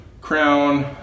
crown